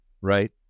right